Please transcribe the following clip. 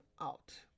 out